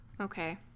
Okay